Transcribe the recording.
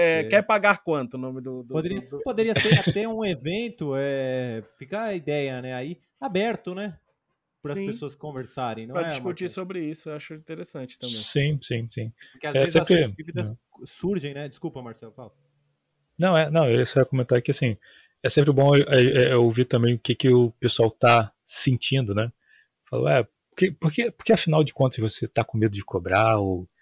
Quer É. pagar quanto, o nome do- do- Poderia- do- do- poderia ter até um evento, é, fica a ideia, né, aí, aberto, né, pras Sim. pessoas conversarem, não Pra é, discutir Marcelo? sobre isso, eu acho interessante também. Sim, sim, sim. Porque às É, vezes sabe essas que- dúvidas é. surgem, né? Desculpa, Marcelo, fala. Não, é- não, eu só ia comentar que, assim, é sempre bom, é, é, é, eu ouvir também o que que o pessoal tá sentindo, né? Fala, "Ué, por que- por que- por que afinal de contas você tá com medo de cobrar ou